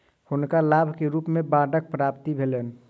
हुनका लाभ के रूप में बांडक प्राप्ति भेलैन